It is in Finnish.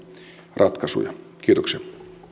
ratkaisuja kiitoksia